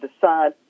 decide